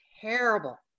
terrible